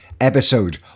episode